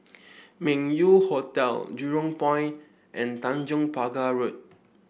Meng Yew Hotel Jurong Point and Tanjong Pagar Road